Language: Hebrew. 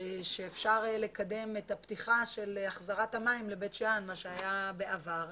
ואפשר לקדם את הפתיחה של החזרת המים לבית שאן כפי שהיה בעבר.